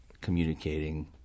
communicating